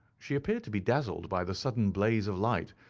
she appeared to be dazzled by the sudden blaze of light,